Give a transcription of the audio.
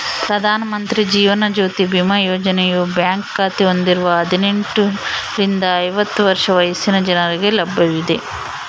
ಪ್ರಧಾನ ಮಂತ್ರಿ ಜೀವನ ಜ್ಯೋತಿ ಬಿಮಾ ಯೋಜನೆಯು ಬ್ಯಾಂಕ್ ಖಾತೆ ಹೊಂದಿರುವ ಹದಿನೆಂಟುರಿಂದ ಐವತ್ತು ವರ್ಷ ವಯಸ್ಸಿನ ಜನರಿಗೆ ಲಭ್ಯವಿದೆ